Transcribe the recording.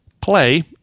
play